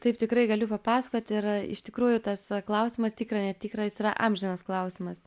taip tikrai galiu papasakoti ir iš tikrųjų tas klausimas tikra netikra jis yra amžinas klausimas